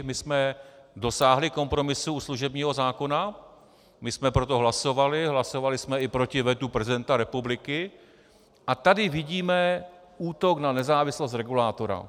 My jsme dosáhli kompromisu u služebního zákona, my jsme pro to hlasovali, hlasovali jsme i proti vetu prezidenta republiky a tady vidíme útok na nezávislost regulátora.